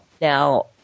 Now